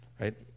right